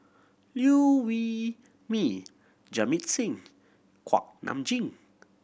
Liew Wee Mee Jamit Singh Kuak Nam Jin